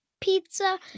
pizza